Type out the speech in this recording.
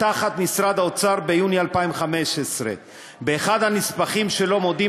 תחת משרד האוצר ביוני 2015. באחד הנספחים שלו מודים